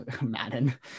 Madden